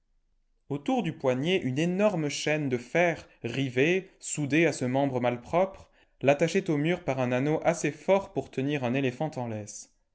autour du poignet une énorme chaîne de fer rivée soudée à ce membre malpropre l'attachait au mur par un anneau assez fort pour tenir un éléphant en laisse